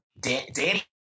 Danny